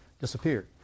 disappeared